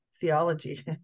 theology